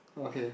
okay